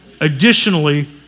Additionally